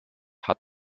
hat